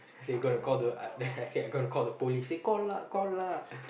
say I gonna call the uh then I say I gonna call the police say call lah call lah